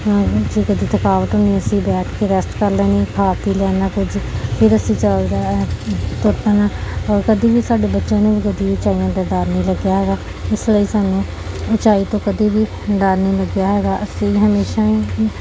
ਜੇ ਕਦੀ ਥਕਾਵਟ ਹੁੰਦੀ ਅਸੀਂ ਬੈਠ ਕੇ ਰੈਸਟ ਕਰ ਲੈਣੀ ਖਾ ਪੀ ਲੈਣਾ ਕੁਝ ਫਿਰ ਅਸੀਂ ਚਲਦੇ ਤੁਰ ਪੈਣਾ ਕਦੀ ਵੀ ਸਾਡੇ ਬੱਚਿਆਂ ਨੂੰ ਵੀ ਕਦੀ ਉਚਾਈਆਂ ਤੋਂ ਡਰ ਨਹੀਂ ਲੱਗਿਆ ਹੈਗਾ ਇਸ ਲਈ ਸਾਨੂੰ ਉਚਾਈ ਤੋਂ ਕਦੇ ਵੀ ਡਰ ਨਹੀਂ ਲੱਗਿਆ ਹੈਗਾ ਅਸੀਂ ਹਮੇਸ਼ਾ ਹੀ